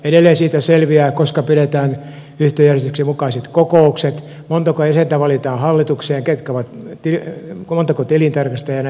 edelleen siitä selviää koska pidetään yhtiöjärjestyksen mukaiset kokoukset montako jäsentä valitaan hallitukseen ja montako tilintarkastajaa jnp